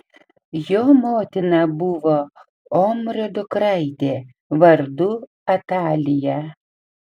jo motina buvo omrio dukraitė vardu atalija